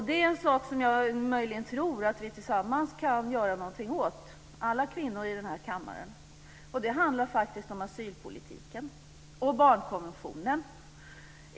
Det är en sak som jag möjligen tror att alla vi kvinnor i den här kammaren tillsammans kan göra något åt. Det handlar om asylpolitiken och barnkonventionen.